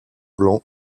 blanc